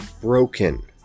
broken